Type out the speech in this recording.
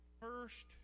first